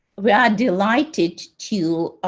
we are delighted to